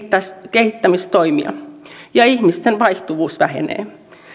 kehittämistoimia ja ihmisten vaihtuvuus vähenee